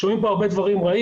שומעים פה הרבה דברים קשים,